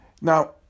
Now